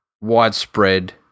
widespread